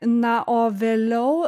na o vėliau